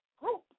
group